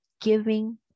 giving